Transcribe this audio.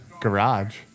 garage